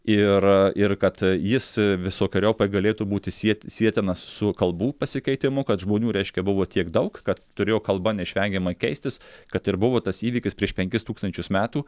ir ir kad jis visokeriopai galėtų būti sieti sietinas su kalbų pasikeitimu kad žmonių reiškia buvo tiek daug kad turėjo kalba neišvengiamai keistis kad ir buvo tas įvykis prieš penkis tūkstančius metų